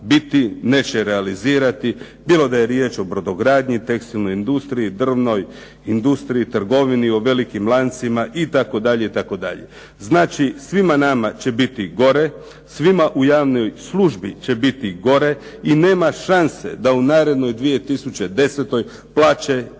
biti neće realizirati bilo da je riječ o brodogradnji, tekstilnoj industriji, drvnoj industriji, trgovini, o velikim lancima itd. Znači svima nama će biti gore, svima u javnoj službi će biti gore i nema šanse da u narednoj 2010. plaće